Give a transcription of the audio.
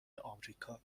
آمریکا